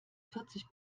vierzig